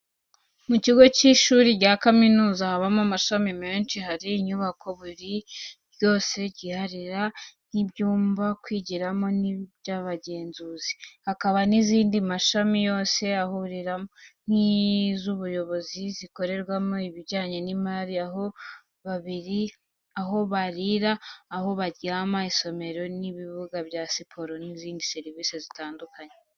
Mu kigo cy'ishuri rya kaminuza, habamo amashami menshi, hari inyubako buri ryose ryiharira, nk'ibyumba byo kwigiramo n'iby'abagenzuzi. Hakaba n'izindi amashami yose ahuriraho: nkiz'ubuyobozi, izikorerwamo ibijyanye n'imari, aho barira, aho baryama, isomero, ibibuga bya siporo n'izindi serivisi zitandukanye.